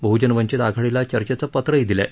बहजन वंचित आघाडीला चर्चेचं पत्र दिलं आहे